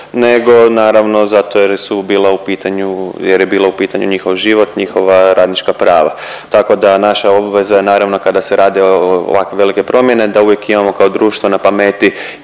u pitanju jer je bilo u pitanju njihov život, njihova radnička prava. Tako da naša obveza je naravno kada se radi o ovakve velike promjene da uvijek imamo kao društvo na pameti